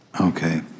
Okay